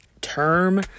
term